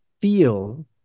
feel